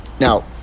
Now